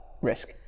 risk